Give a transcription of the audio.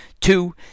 Two